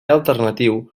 alternatiu